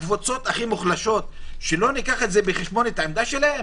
הקבוצות הכי מוחלשות, שלא ניקח בחשבון את עמדתם?